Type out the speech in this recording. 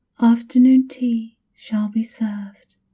afternoon tea shall be served.